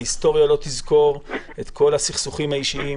ההיסטוריה לא תזכור את כל הסכסוכים האישיים.